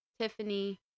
Tiffany